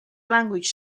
language